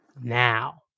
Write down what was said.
now